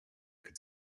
could